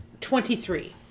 twenty-three